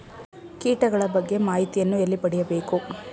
ಕೀಟಗಳ ಬಗ್ಗೆ ಮಾಹಿತಿಯನ್ನು ಎಲ್ಲಿ ಪಡೆಯಬೇಕು?